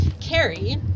Carrie